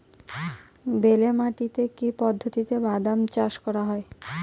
বেলে মাটিতে কি পদ্ধতিতে বাদাম চাষ করা যায়?